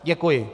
Děkuji.